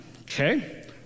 okay